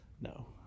No